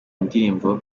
ndirimbo